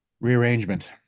rearrangement